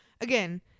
again